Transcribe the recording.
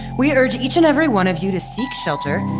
we urge each and every one of you to seek shelter,